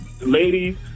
ladies